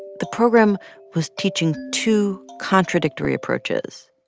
the program was teaching two contradictory approaches.